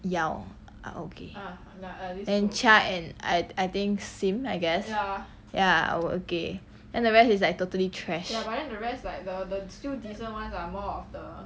yeow are okay and chia and I I think sim I guess ya are okay then the rest is like totally trash